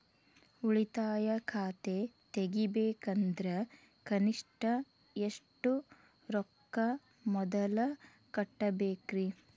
ಉಳಿತಾಯ ಖಾತೆ ತೆಗಿಬೇಕಂದ್ರ ಕನಿಷ್ಟ ಎಷ್ಟು ರೊಕ್ಕ ಮೊದಲ ಕಟ್ಟಬೇಕ್ರಿ?